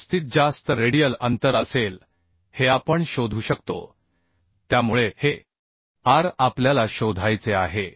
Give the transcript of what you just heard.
हे जास्तीत जास्त रेडियल अंतर असेल हे आपण शोधू शकतो त्यामुळे हे r आपल्याला शोधायचे आहे